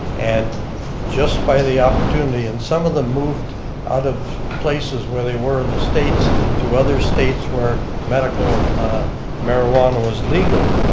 and just by the opportunity, and some of them moved out of places where they were in the states to other states where medical marijuana was legal.